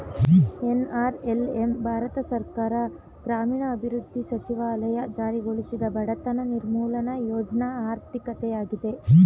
NRLM Bharat ಸರ್ಕಾರ ಗ್ರಾಮೀಣಾಭಿವೃದ್ಧಿ ಸಚಿವಾಲಯ ಜಾರಿಗೊಳಿಸಿದ ಬಡತನ ನಿರ್ಮೂಲ ಯೋಜ್ನ ಆರ್ಥಿಕತೆಯಾಗಿದೆ